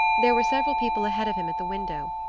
there were several people ahead of him at the window,